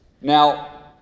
now